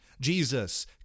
Jesus